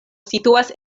situas